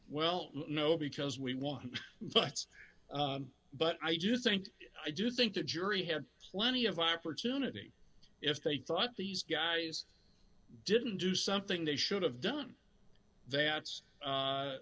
well know because we want facts but i do think i do think the jury had plenty of opportunity if they thought these guys didn't do something they should have done th